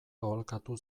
aholkatu